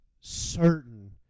certain